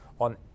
on